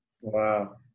Wow